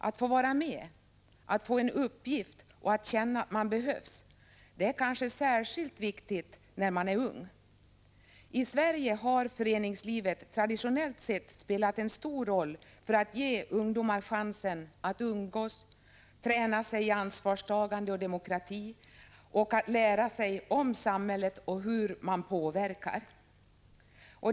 Att få vara med, att få en uppgift och att känna att man behövs, det är kanske särskilt viktigt när man är ung. I Sverige har föreningslivet traditionellt sett spelat en stor roll för att ge ungdomar chansen att umgås, träna sig i ansvarstagande och demokrati och att lära sig hur samhället fungerar och hur man påverkar.